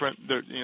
different